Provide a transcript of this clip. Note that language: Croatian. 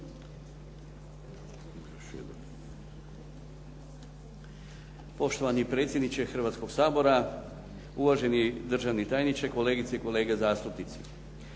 Poštovani potpredsjedniče Hrvatskoga sabora, poštovani državni tajniče, poštovane kolegice i kolege zastupnici.